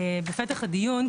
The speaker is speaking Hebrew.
בפתח הדיון,